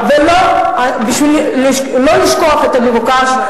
ולא לשכוח את המבוקש.